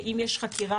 אם יש חקירה,